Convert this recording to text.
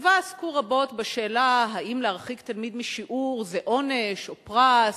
בכתבה עסקו רבות בשאלה האם להרחיק תלמיד משיעור זה עונש או פרס,